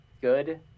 good